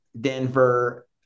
Denver